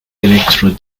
electoral